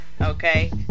Okay